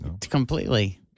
completely